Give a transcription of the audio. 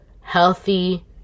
healthy